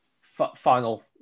final